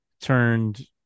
turned